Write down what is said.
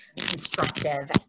constructive